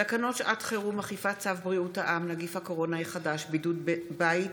תקנות שעת חירום (אכיפת צו בריאות העם) (נגיף הקורונה החדש) (בידוד בית